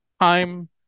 time